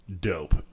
dope